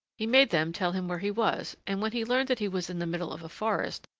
he made them tell him where he was, and when he learned that he was in the middle of a forest,